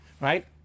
right